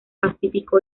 pacífico